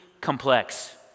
complex